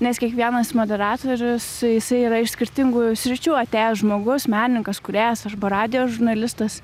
nes kiekvienas moderatorius jisai yra iš skirtingų sričių atėjęs žmogus menininkas kūrėjas arba radijo žurnalistas